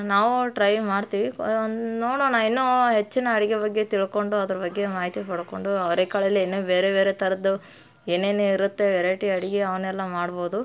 ನಾವೂ ಟ್ರೈ ಮಾಡ್ತೀವಿ ಒಂದು ನೋಡೋಣ ಇನ್ನೂ ಹೆಚ್ಚಿನ ಅಡುಗೆ ಬಗ್ಗೆ ತಿಳ್ಕೊಂಡು ಅದ್ರ ಬಗ್ಗೆ ಮಾಹಿತಿ ಪಡ್ಕೊಂಡು ಅವ್ರೆಕಾಳಲ್ಲಿ ಇನ್ನೂ ಬೇರೆ ಬೇರೆ ಥರದ್ದು ಏನೇನು ಇರುತ್ತೆ ವೆರೈಟಿ ಅಡುಗೆ ಅವನ್ನೆಲ್ಲ ಮಾಡ್ಬೋದು